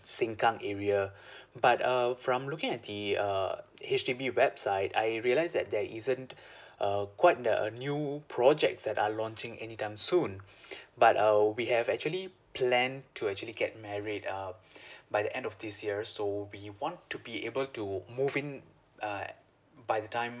sengkang area but uh from looking at the err H_D_B website I realised that there isn't uh quite the uh new projects that are launching any time soon but uh we have actually plan to actually get married uh by the end of this year so we want to be able to move in uh by the time